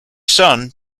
son